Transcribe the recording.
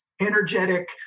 energetic